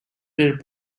were